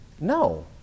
No